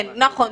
נכון.